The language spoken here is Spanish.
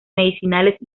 medicinales